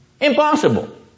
Impossible